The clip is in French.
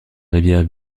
rivière